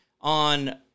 on